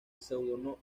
pseudónimo